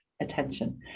attention